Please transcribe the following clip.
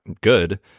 good